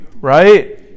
right